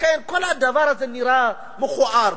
לכן כל הדבר הזה נראה מכוער.